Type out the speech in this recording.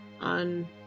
on